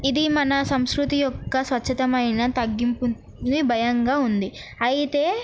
ఇది మన సంస్కృతి యొక్క స్వచ్ఛతమైన తగ్గింపని భయంగా ఉంది అయితే